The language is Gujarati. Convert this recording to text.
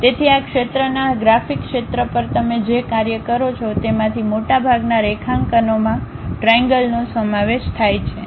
તેથી આ ક્ષેત્રના ગ્રાફિક્સ ક્ષેત્ર પર તમે જે કાર્ય કરો છો તેમાંથી મોટાભાગનાં રેખાંકનોમાં ત્રિએન્ગ્લનો સમાવેશ થાય છે